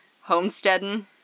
Homesteading